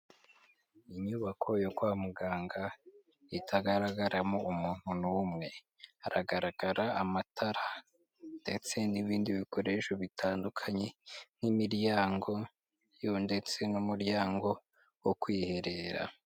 Inyubako yo kwa muganga itagaragaramo umuntu n'umwe, haragaragara amatara ndetse n'ibindi bikoresho bitandukanye nk'imiryango yewe ndetse n'umuryango wo kwiherera.